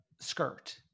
skirt